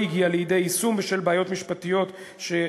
זה לא הגיע לידי יישום בשל בעיות משפטיות שהיו